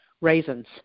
raisins